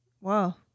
Wow